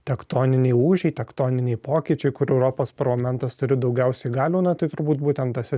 tektoniniai lūžiai tektoniniai pokyčiai kur europos parlamentas turi daugiausiai galių na tai turbūt būtent tose